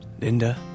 Linda